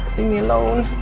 me alone!